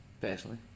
personally